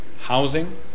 Housing